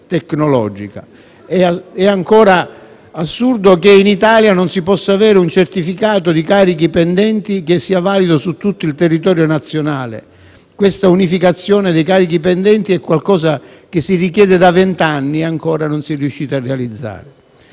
tecnologica. È assurdo che in Italia non si possa avere un certificato di carichi pendenti che sia valido su tutto il territorio nazionale: l'unificazione dei carichi pendenti è qualcosa che si richiede da vent'anni e ancora non si è riusciti realizzare.